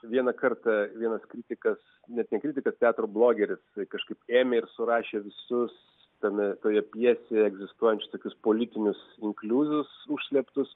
vieną kartą vienas kritikas net ne kritikas teatro blogeris kažkaip ėmė ir surašė visus tame toje pjesėje egzistuojančius tokius politinius inkliuzus užslėptus